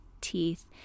teeth